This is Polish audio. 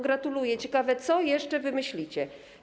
Gratuluję, ciekawe, co jeszcze wymyślicie.